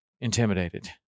intimidated